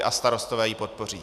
A Starostové ji podpoří.